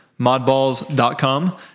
modballs.com